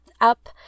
up